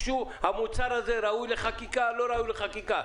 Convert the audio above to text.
המוצר הזה ראוי לחקיקה או לא ראוי לחקיקה?